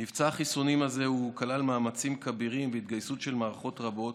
מבצע החיסונים הזה כלל מאמצים כבירים והתגייסות של מערכות רבות.